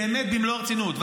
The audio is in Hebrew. באמת במלוא הרצינות,